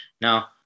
Now